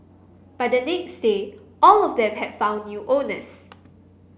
by the next day all of them had found new owners